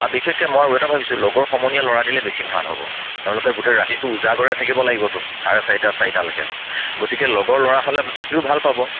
আৰু বিশেষকে মই আৰু এটা ভাবিছোঁ লগৰ সমনীয়া ল'ৰা দিলে বেছি ভাল হ'ব তেওঁলোকে গোটেই ৰাতিটো উজাগৰে থাকিব লাগিবতো চাৰে চাৰিটা চাৰিটালৈকে গতিকে লগৰ ল'ৰা হ'লে থাকিও ভাল পাব